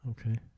Okay